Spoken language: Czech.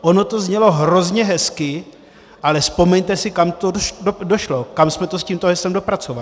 Ono to znělo hrozně hezky, ale vzpomeňte si, kam to došlo, kam jsme to s tímto heslem dopracovali.